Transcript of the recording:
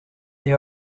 they